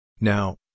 Now